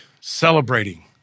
celebrating